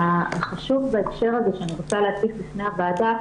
החשוב בהקשר הזה שאני רוצה להציג בפני הוועדה,